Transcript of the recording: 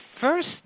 first